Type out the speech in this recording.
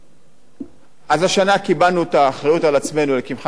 אז השנה קיבלנו על עצמנו את האחריות לקמחא דפסחא ועשינו את זה.